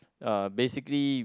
uh basically